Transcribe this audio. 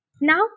Now